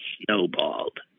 snowballed